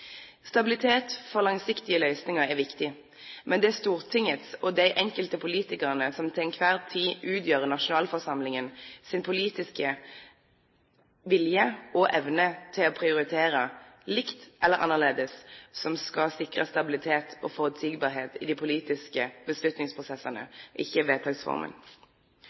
Stabilitet for langsiktige løsninger er viktig, men det er Stortingets og de enkelte politikerne som til enhver tid utgjør nasjonalforsamlingen sin politiske vilje og evne til å prioritere likt eller annerledes, som skal sikre stabilitet og forutsigbarhet i de politiske beslutningsprosessene, ikke vedtaksformen.